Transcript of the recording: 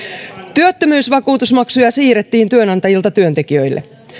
työttömyysvakuutusmaksuja siirrettiin työnantajilta työntekijöille